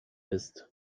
ist